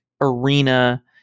arena